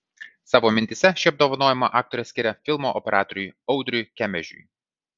savo mintyse šį apdovanojimą aktorė skiria filmo operatoriui audriui kemežiui